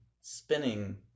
spinning